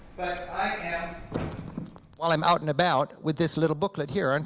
but i am well i'm out and about with this little booklet here, aren't